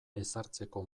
ezartzeko